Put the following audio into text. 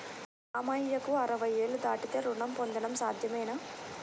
మామయ్యకు అరవై ఏళ్లు దాటితే రుణం పొందడం సాధ్యమేనా?